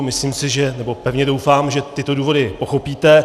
Myslím si, nebo pevně doufám, že tyto důvody pochopíte.